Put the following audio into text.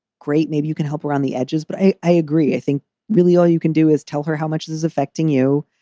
great. maybe you can help around the edges. but i i agree. i think really all you can do is tell her how much this is affecting you.